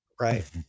right